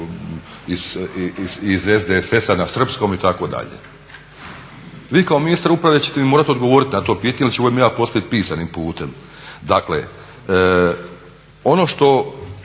iz SDSS-a na srpskom itd. Vi kao ministar uprave ćete mi morat odgovorit na to pitanje ili ću vam ja postavit pisanim putem. Dakle, ono što